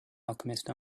alchemist